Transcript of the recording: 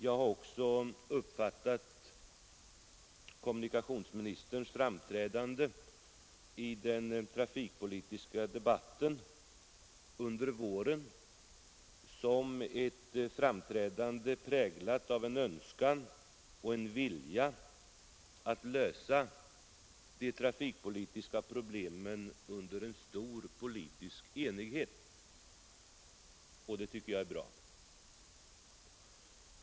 Jag har också uppfattat kommunikationsministerns framträdande i den trafikpolitiska debatten under våren som präglat av en önskan och en vilja att lösa de trafikpolitiska problemen under en stor politisk enighet, och det tycker .jag är bra.